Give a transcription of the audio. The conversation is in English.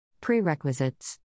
Prerequisites